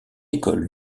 école